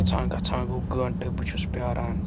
گژھان گژھان گوٚو گٲنٛٹہٕ بہٕ چھُس پیٛاران